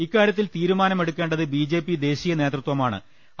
ഇക്കാ ര്യത്തിൽ തീരുമാനമെടുക്കേണ്ടത് ബിജെപി ദേശീയ നേതൃത്വമാ ണ്